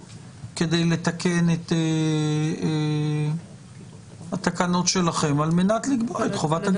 כדי לתקן את התקנות שלכם על מנת לקבוע את חובת הגילוי המוקדם.